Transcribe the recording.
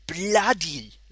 bloody